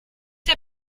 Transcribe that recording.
der